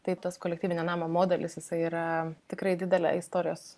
taip tas kolektyvinio namo modelis jisai yra tikrai didelė istorijos